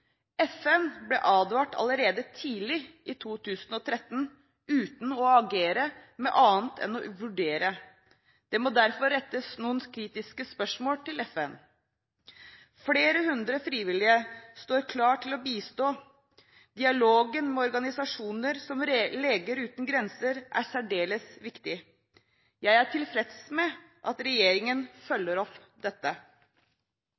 FN ble advart allerede tidlig i 2013, uten å agere på noen annen måte enn ved å vurdere. Det må derfor rettes noen kritiske spørsmål til FN. Flere hundre frivillige står klare til å bistå. Dialogen med organisasjoner som Leger Uten Grenser er særdeles viktig. Jeg er tilfreds med at regjeringen